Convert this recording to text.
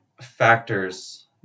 factors